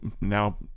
now